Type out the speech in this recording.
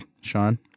Sean